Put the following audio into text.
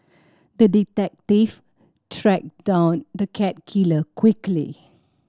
the detective tracked down the cat killer quickly